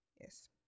Yes